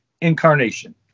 incarnation